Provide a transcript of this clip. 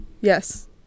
yes